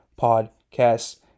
podcasts